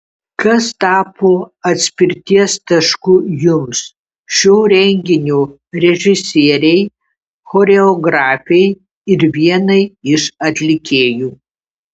kas tapo atspirties tašku jums šio renginio režisierei choreografei ir vienai iš atlikėjų